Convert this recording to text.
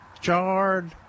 chard